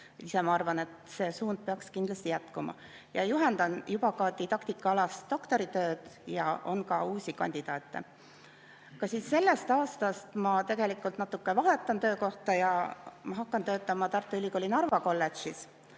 Ise ma arvan, et see suund peaks kindlasti jätkuma. Ma juhendan juba ka didaktikaalast doktoritööd ja on ka uusi kandidaate. Sellest aastast ma tegelikult natuke vahetan töökohta ja hakkan töötama Tartu Ülikooli Narva Kolledžis